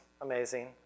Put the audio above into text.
amazing